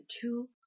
two